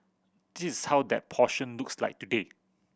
this is how that portion looks like today